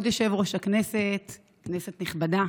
כבוד יושב-ראש הכנסת, כנסת נכבדה,